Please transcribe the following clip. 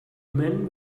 men